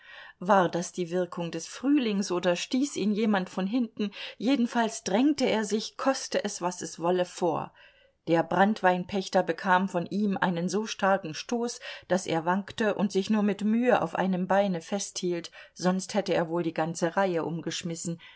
war das die wirkung des frühlings oder stieß ihn jemand von hinten jedenfalls drängte er sich koste es was es wolle vor der branntweinpächter bekam von ihm einen so starken stoß daß er wankte und sich nur mit mühe auf einem beine festhielt sonst hätte er wohl die ganze reihe umgeschmissen